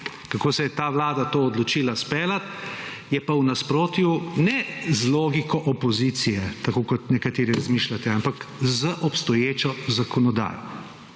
kako se je ta vlada to odločila izpeljati, je pa v nasprotju ne z logiko opozicije, tako kot nekateri razmišljate, ampak z obstoječo zakonodajo.